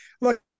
Look